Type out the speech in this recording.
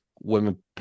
women